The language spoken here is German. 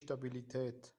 stabilität